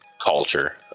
culture